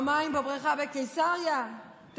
את הבית בקיסריה צריך לממן.